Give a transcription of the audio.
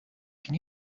can